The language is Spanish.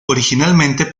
originalmente